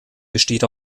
besteht